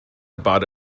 about